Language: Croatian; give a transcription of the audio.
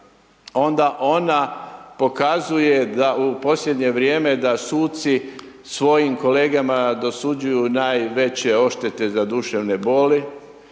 onda ona pokazuje da u posljednje vrijeme da suci svojim kolegama dosuđuju najveće odštete za duševne boli,